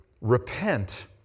repent